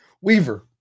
Weaver